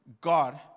God